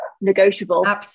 negotiable